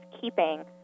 keeping